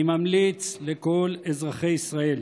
אני ממליץ לכל אזרחי ישראל